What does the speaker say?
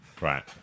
right